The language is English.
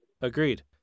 Agreed